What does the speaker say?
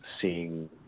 seeing